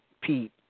Pete